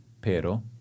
Pero